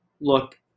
look